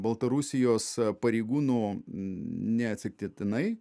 baltarusijos pareigūnų neatsitiktinai